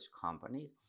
companies